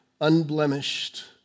Unblemished